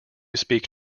speak